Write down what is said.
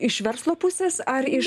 iš verslo pusės ar iš